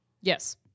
Yes